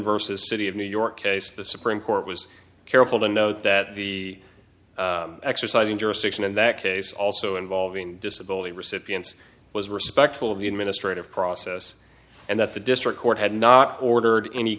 versus city of new york case the supreme court was careful to note that the exercising jurisdiction in that case also involving disability recipients was respectful of the administrative process and that the district court had not ordered any